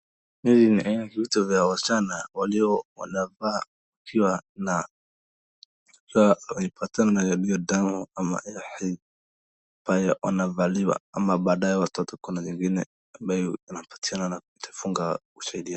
Hizi ni aina ya vitu za wasichana walio wanavaa wakiwa na wakipatana na hio damu ama ya hedhi, ambayo wanavaliwa ama baadaye, kuna watoto wengine ambayo wanapatiana wakifungwa kusaidia...